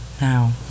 Now